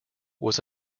was